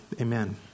Amen